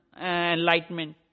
enlightenment